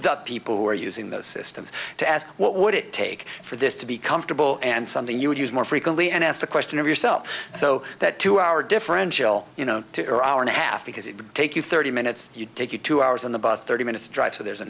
the people who are using those systems to ask what would it take for this to be comfortable and something you would use more frequently and ask the question of yourself so that two hour differential you know to hour and a half because it would take you thirty minutes you take it two hours on the bus thirty minutes drive so there's a